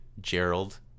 Gerald